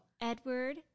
Edward